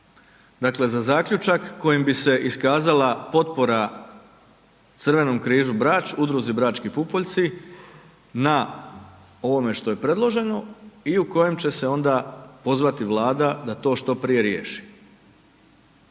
dakle za zaključak kojim bi se iskazala potpora Crvenom križu Brač, udruzi Brački pupoljci na ovome što je predloženo i u kojem će se onda pozvati Vlada da što prije riješi.